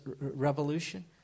Revolution